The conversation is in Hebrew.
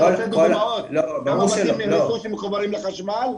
אתה רוצה דוגמאות כמה בתים שבקושי מחוברים לחשמל?